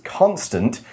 constant